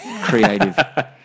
creative